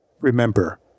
Remember